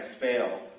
fail